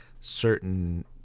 certain